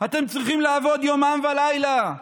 אתם צריכים לעבוד יומם ולילה.